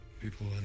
People